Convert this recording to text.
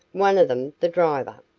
one of them the driver.